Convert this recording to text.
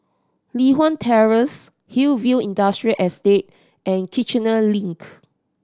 Li Hwan Terrace Hillview Industrial Estate and Kiichener Link